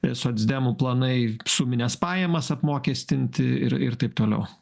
ir socdemų planai sumines pajamas apmokestinti ir ir taip toliau